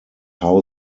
how